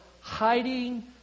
hiding